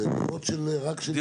לדירות שהן רק דיור ציבורי.